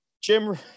Jim